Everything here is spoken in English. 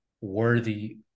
worthy